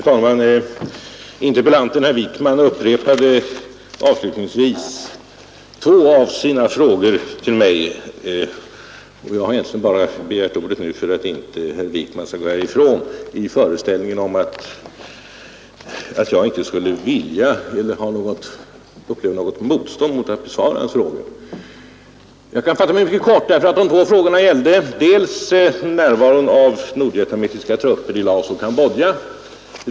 Fru talman! Interpellanten herr Wijkman upprepade i sitt senaste anförande avslutningsvis två av sina frågor till mig. Jag har egentligen bara begärt ordet nu för att herr Wijkman inte skall gå härifrån i föreställningen att jag inte skulle vilja eller uppleva något motstånd mot att besvara hans frågor. Jag kan fatta mig mycket kort. En av de två frågorna gällde närvaron av nordvietnamesiska trupper i Laos och Cambodja.